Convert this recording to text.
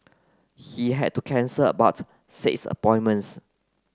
he had to cancel about six appointments